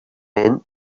meant